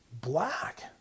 black